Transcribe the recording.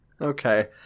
Okay